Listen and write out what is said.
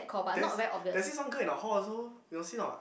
there's there's this one girl in our hall also you got see or not